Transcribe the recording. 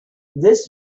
this